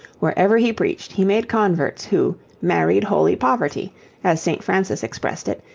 wherever he preached he made converts who married holy poverty as st. francis expressed it,